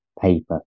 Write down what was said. paper